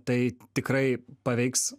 tai tikrai paveiks